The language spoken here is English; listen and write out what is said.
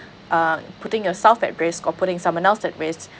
uh putting yourself at risk or putting someone else at risk